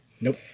Nope